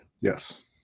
Yes